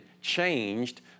changed